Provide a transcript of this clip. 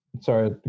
Sorry